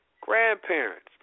grandparents